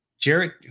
Jared